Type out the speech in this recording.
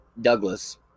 Douglas